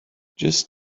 just